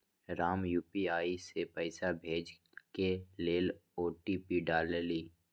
Ram UPI से पइसा भेजे के लेल ओ.टी.पी डाललई